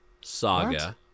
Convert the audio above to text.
Saga